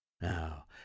Now